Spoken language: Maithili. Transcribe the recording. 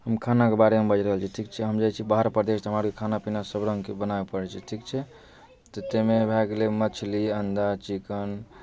हम खानाके बारेमे बाजि रहल छी ठीक छै हम जाइ छी बाहर परदेश हमरा आरके खाना पीना सभरङ्गके बनाबय पड़ै छै ठीक छै तऽ ताहिमे भए गेलै मछली अण्डा चिकन